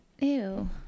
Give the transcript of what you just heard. Ew